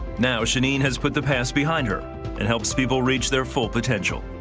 now shaneen has put the past behind her and helps people reach their full potential.